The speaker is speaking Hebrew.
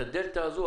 את הדלתה הזו,